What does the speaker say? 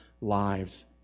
lives